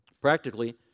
practically